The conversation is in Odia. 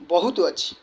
ବହୁତ ଅଛି